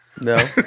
No